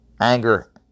Anger